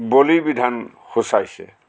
বলিৰ বিধান সূচাইছে